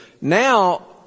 now